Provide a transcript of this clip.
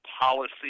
policy